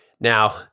Now